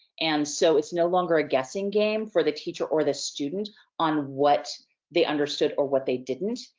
and so, it's no longer a guessing game for the teacher or the student on what they understood or what they didn't.